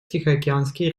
тихоокеанский